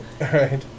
right